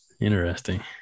Interesting